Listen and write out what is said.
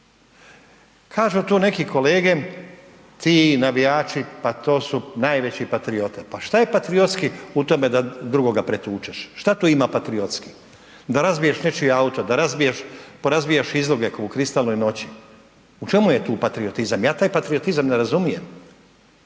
Kažu tu neki kolege, ti navijači pa to su najveće patriote, pa što je patriotski u tome da drugoga pretučeš, šta tu ima patriotski, da razbiješ nečiji auto, da porazbijaš izloge ko u kristalnoj noći? U čemu je taj patriotizam? Ja taj patriotizam ne razumijem.